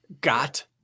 got